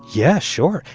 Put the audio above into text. yeah, sure.